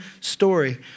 story